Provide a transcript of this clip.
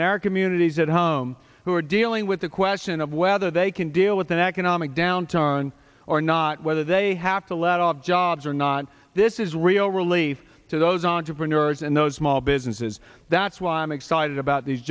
in our communities at home who are dealing with the question of whether they can deal with an economic downturn or not whether they have to let all jobs or not this is real relief to those entrepreneurs and those small businesses that that's why i'm excited about these